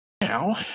Now